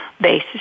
base